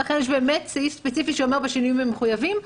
לכן יש באמת סעיף ספציפי שאומר: בשינויים המחויבים.